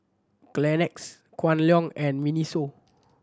Kleenex Kwan Loong and MINISO